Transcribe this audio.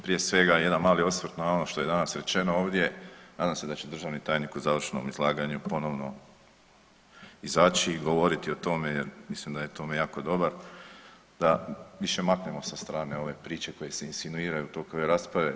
Prije svega jedan mali osvrt na ono što je danas rečeno ovdje, nadam se da će državni tajni u završnom izlaganju ponovno izaći i govoriti o tome jer mislim da je u tome jako dobar da više maknemo sa strane ove priče koje se insinuiraju u toku ove rasprave.